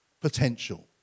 potential